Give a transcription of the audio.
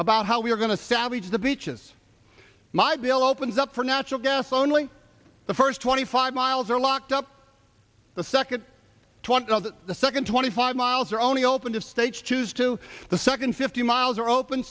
about how we are going to savage the beaches my bill opens up for natural gas only the first twenty five miles are locked up the second one the second twenty five miles are only open to states choose to the second fifty miles are open